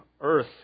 earth